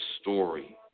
story